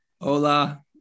Hola